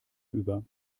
über